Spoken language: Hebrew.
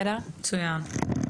מצוין.